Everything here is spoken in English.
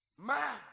Man